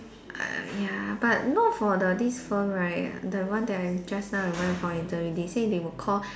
uh ya but not for the this firm right the one that I just now I went for interview they say they will call